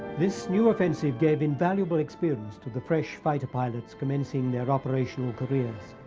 this new offensive gave invaluable experience to the fresh fighter pilots commencing their operational careers.